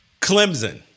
Clemson